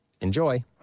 Enjoy